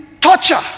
torture